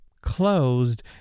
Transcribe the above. closed